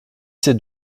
sept